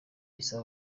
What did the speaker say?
isaba